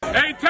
Hey